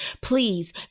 please